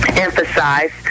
emphasize